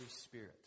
Spirit